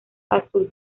azul